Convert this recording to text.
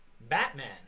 batman